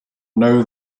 now